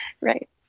right